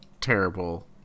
terrible